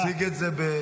הוא הציג את זה בבהירות.